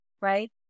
right